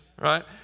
right